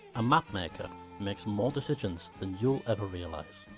a mapmaker makes more decisions than you'll ever realise.